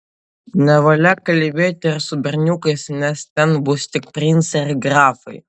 nevalia kalbėti ir su berniukais nes ten bus tik princai ir grafai